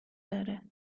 داره